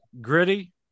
Gritty